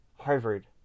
Harvard